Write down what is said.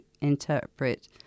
interpret